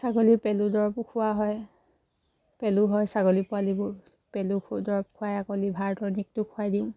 ছাগলী পেলু দৰবো খোৱা হয় পেলু হয় ছাগলী পোৱালিবোৰ পেলু দৰব খুৱাই আকৌ লিভাৰ টনিকটো খুৱাই দিওঁ